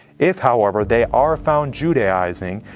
if, however they are found judaizing,